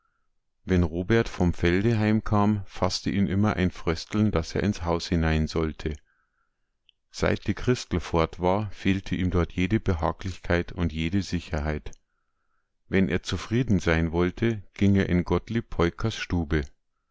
wenn robert vom felde heimkam faßte ihn immer ein frösteln daß er ins haus hinein sollte seit die christel fort war fehlte ihm dort jede behaglichkeit und jede sicherheit wenn er zufrieden sein wollte ging er in gottlieb peukers stube